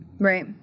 Right